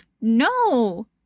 no